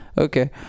Okay